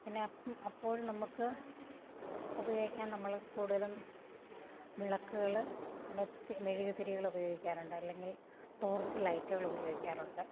പിന്നെ അപ്പ് അപ്പോഴും നമുക്ക് ഉപയോഗിക്കാൻ നമ്മള് കൂടുതലും വിളക്കുകള് പിന്നെ തിര് മെഴുകുതിരികളുപയോഗിക്കാറുണ്ട് അല്ലെങ്കിൽ ടോർച്ച് ലൈറ്റുകൾ ഉപയോഗിക്കാറുണ്ട്